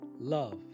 Love